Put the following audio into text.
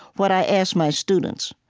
what i ask my students,